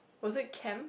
was it camp